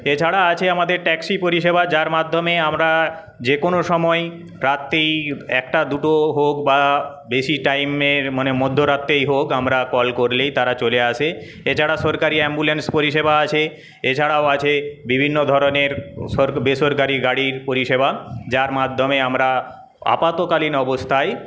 এছাড়া আছে আমাদের ট্যাক্সি পরিষেবা যার মাধ্যমে আমরা যেকোনো সময়েই রাত্রি একটা দুটো হোক বা বেশী টাইমের মানে মধ্যরাতেই হোক আমরা কল করলেই তারা চলে আসে এছাড়া সরকারি অ্যাম্বুলেন্স পরিষেবা আছে এছাড়াও আছে বিভিন্নধরনের সর বেসরকারি গাড়ির পরিষেবা যার মাধ্যমে আমরা আপাতকালীন অবস্থায়